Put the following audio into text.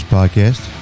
podcast